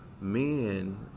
Men